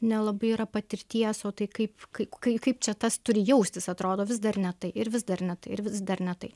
nelabai yra patirties o tai kaip k kai kaip čia tas turi jaustis atrodo vis dar ne tai ir vis dar ne tai ir vis dar ne tai